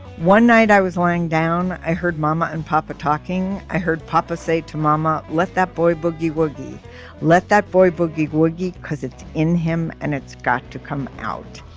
one night i was lying down i heard mama and papa talking i heard papa say to mama. let that boy boogie woogie let that boy boogie woogie. because it's in him and it's got to come out.